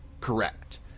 correct